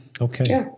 Okay